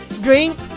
drink